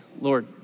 Lord